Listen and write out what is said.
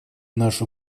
нашу